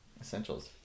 essentials